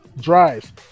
drives